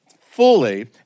fully